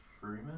Freeman